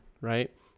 right